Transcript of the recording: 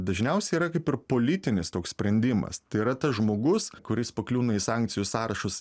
dažniausiai yra kaip ir politinis toks sprendimas tai yra tas žmogus kuris pakliūna į sankcijų sąrašus